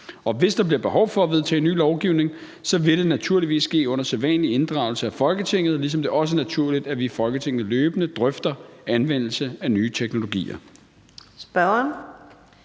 Og hvis der bliver behov for at vedtage ny lovgivning, vil det naturligvis ske under sædvanlig inddragelse af Folketinget, ligesom det også er naturligt, at vi i Folketinget løbende drøfter anvendelse af nye teknologier. Kl.